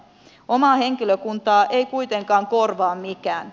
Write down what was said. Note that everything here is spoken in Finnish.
omaa henkilökuntaa ei kuitenkaan korvaa mikään